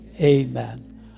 Amen